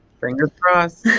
fingers crossed.